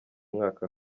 mwaka